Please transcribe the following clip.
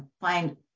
find